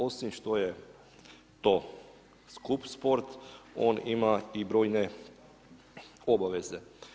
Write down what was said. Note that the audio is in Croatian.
Osim što je to skup sport, on ima i brojne obaveze.